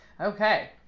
okay